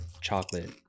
chocolate